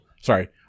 Sorry